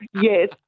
Yes